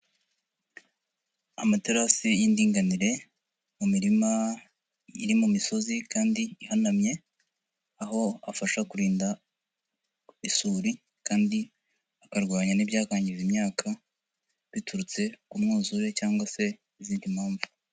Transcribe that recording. Amaterasi y'indinganire, mu mirima iri mu misozi kandi ihanamye, aho afasha kurinda isuri, kandi akarwanya n'ibyakangiza imyaka, biturutse ku mwuzure cyangwa se izindi mpamvu.